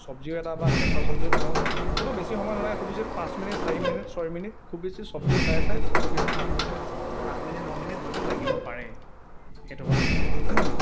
চব্জিও এটা বা কেঁচা চব্জিও বনাওঁ হয়টো বেছি সময় নালাগে খুব বেছি পাঁচ মিনিট চাৰি মিনিট ছয় মিনিট খুব বেছি চব্জি চাই চাই খুব বেছি আঠ মিছ আঠ মিনিট ন মিনিট হয়টো লাগিব পাৰে সেইটো কথা